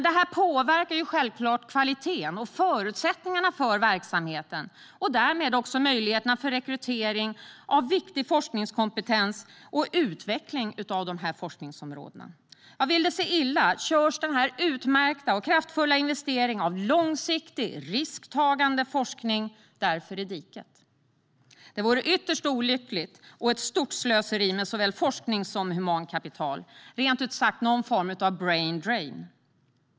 Detta påverkar självklart kvaliteten och förutsättningarna för verksamheten och därmed också möjligheterna till rekrytering av viktig forskningskompetens och utveckling av forskningsområdena. Vill det sig illa körs denna utmärkta och kraftfulla investering av långsiktig och risktagande forskning därför i diket. Det vore ytterst olyckligt och ett stort slöseri med såväl forsknings som humankapital - rent ut sagt någon form av brain drain.